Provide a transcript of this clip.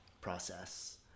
process